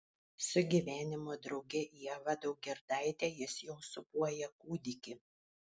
su gyvenimo drauge ieva daugirdaite jis jau sūpuoja kūdikį